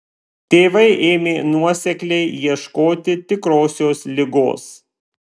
tėvai ėmė nuosekliai ieškoti tikrosios ligos